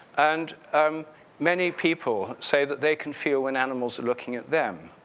and um many people say that they can feel when animals are looking at them.